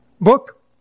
book